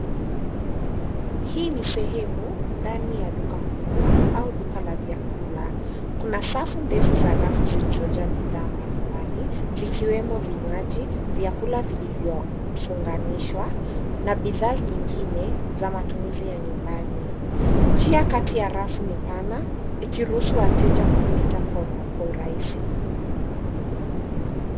Hii ni sehemu ndani ya duka kubwa au duka la vyakula. Kuna safu ndefu za rafu ziizojaa bidhaa mbali mbali zikiwemo vinywaji, vyakula vilivyo funganishwa na bidhaa nyingine za matumiziya nyumbani. Njia kati ya rafu ni pana ikiruhusu wateja kupita kwa urahisi.